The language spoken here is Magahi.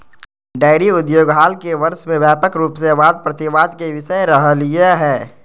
डेयरी उद्योग हाल के वर्ष में व्यापक रूप से वाद प्रतिवाद के विषय रहलय हें